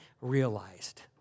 realized